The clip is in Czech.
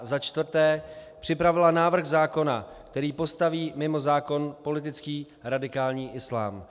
za čtvrté připravila návrh zákona, který postaví mimo zákon politický radikální islám.